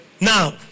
Now